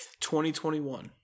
2021